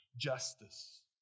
justice